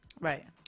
Right